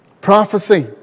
prophecy